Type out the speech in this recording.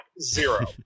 zero